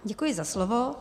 Děkuji za slovo.